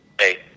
Hey